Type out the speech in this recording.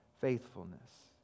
faithfulness